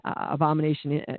abomination